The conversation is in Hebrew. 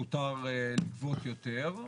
מותר להן לגבות יותר,